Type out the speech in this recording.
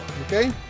Okay